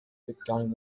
begann